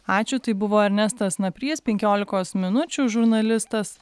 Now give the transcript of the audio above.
ačiū tai buvo ernestas naprys penkiolikos minučių žurnalistas